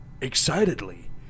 Excitedly